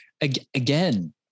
again